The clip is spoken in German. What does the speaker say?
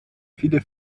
viele